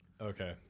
Okay